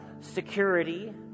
security